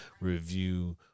review